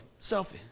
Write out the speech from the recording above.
selfie